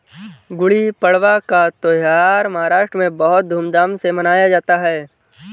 गुड़ी पड़वा का त्यौहार महाराष्ट्र में बहुत धूमधाम से मनाया जाता है